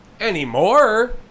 Anymore